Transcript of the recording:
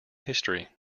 history